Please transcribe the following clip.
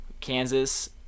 Kansas